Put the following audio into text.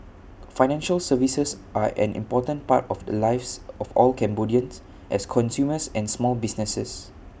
financial services are an important part of the lives of all Cambodians as consumers and small businesses